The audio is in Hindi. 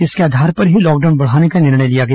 इसके आधार पर ही लॉकडाउन बढ़ाने का निर्णय लिया गया